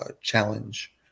challenge